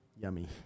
Yummy